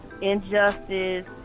injustice